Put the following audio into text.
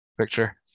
Picture